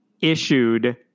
issued